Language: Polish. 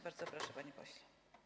Bardzo proszę, panie pośle.